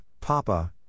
Papa